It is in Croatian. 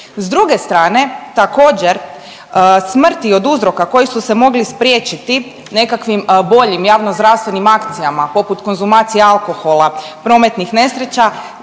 S druge strane, također smrti od uzroka koji su se mogli spriječiti nekakvim boljim javnozdravstvenim akcijama poput konzumacije alkohola i prometnih nesreća